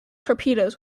torpedoes